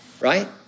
Right